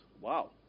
Wow